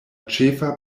ĉefa